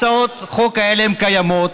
הצעות החוק האלה קיימות.